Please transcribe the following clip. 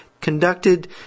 conducted